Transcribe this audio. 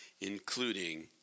including